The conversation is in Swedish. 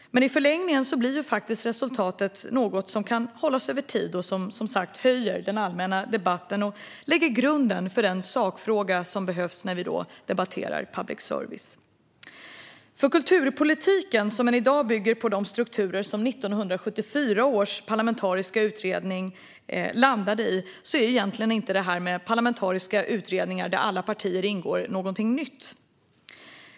I förlängningen blir ändå resultatet något som kan hålla över tid, som höjer den allmänna debatten och som lägger grunden för sakfrågan när vi debatterar public service. För kulturpolitiken, som än i dag bygger på de strukturer som 1974 års parlamentariska utredning landade i, är det här med parlamentariska utredningar där alla partier ingår någonting nytt.